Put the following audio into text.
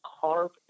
carve